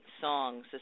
songs